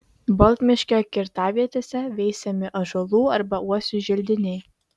baltmiškio kirtavietėse veisiami ąžuolų arba uosių želdiniai